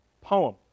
poem